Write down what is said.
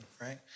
right